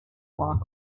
walk